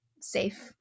safe